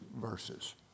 verses